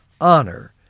honor